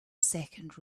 second